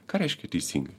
ką reiškia teisingai